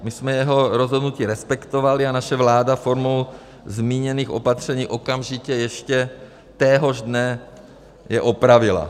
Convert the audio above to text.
My jsme jeho rozhodnutí respektovali a naše vláda formou zmíněných opatření okamžitě ještě téhož dne je opravila.